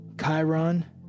Chiron